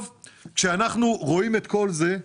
כשאנחנו רואים את כל זה,